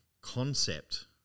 concept